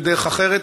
או בדרך אחרת.